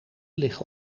liggen